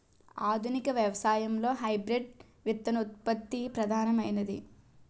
ఆధునిక వ్యవసాయంలో హైబ్రిడ్ విత్తనోత్పత్తి ప్రధానమైనది